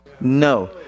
No